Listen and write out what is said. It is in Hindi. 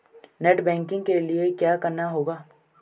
नेट बैंकिंग के लिए क्या करना होगा?